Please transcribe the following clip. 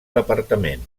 departament